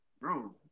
bro